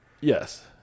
Yes